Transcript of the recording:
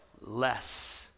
less